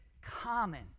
common